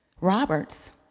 Roberts